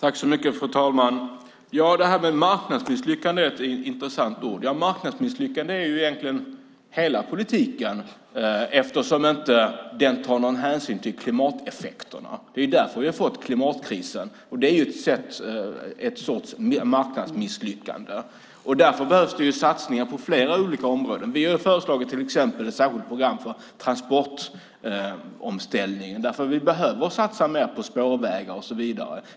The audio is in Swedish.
Fru talman! Ordet "marknadsmisslyckande" är intressant. Ett marknadsmisslyckande är egentligen hela politiken eftersom där inte tas hänsyn till klimateffekterna. Det är därför vi har fått klimatkrisen. Detta är en sorts marknadsmisslyckande. Därför behövs det satsningar på flera olika områden. Vi har till exempel föreslagit ett särskilt program för en transportomställning därför att det behöver satsas mer på bland annat spårvägar.